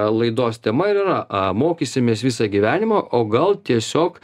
laidos tema ir yra a mokysimės visą gyvenimą o gal tiesiog